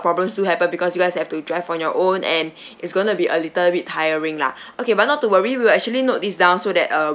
problems do happen because you guys have to drive on your own and it's going to be a little bit tiring lah okay but not to worry we'll actually notice down so that uh